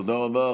תודה רבה.